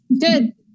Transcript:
Good